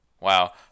Wow